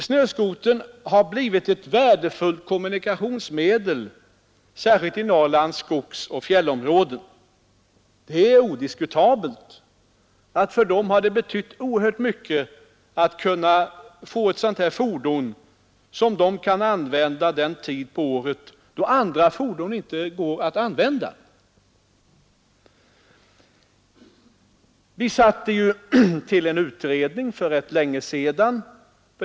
Snöskotern har blivit ett värdefullt kommunikationsmedel, särskilt i Norrlands skogsoch lområden. Det är odiskutabelt att det för dessa människor betytt mycket att kunna få ett fordon som de kan använda den tid på året, då andra fordon inte går att använda. Vi tillsatte för rätt länge sedan en utredning om dessa frågor.